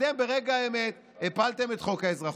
אתם ברגע האמת הפלתם את חוק האזרחות,